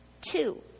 two